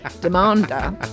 Demander